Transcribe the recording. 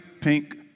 pink